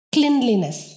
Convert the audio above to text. Cleanliness